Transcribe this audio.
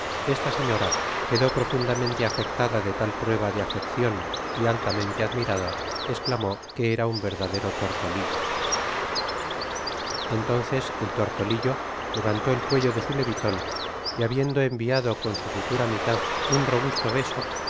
esta señora quedó profundamente afectada de tal prueba de afeccion y altamente admirada esclamó que era un verdadero lortolillo entonces el ortolülo levantó el cuello de su leviton y habiendo enviado con su futura mitad un robusto beso